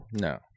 No